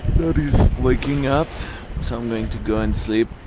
dad is waking up so i'm going to go and sleep